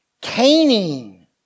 caning